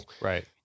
Right